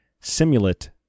simulate